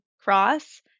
cross